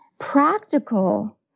practical